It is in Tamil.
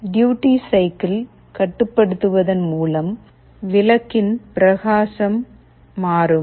டியூட்டி சைக்கிள் கட்டுப்படுத்துவதன் மூலம் விளக்கின் பிரகாசம் மாறும்